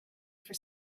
for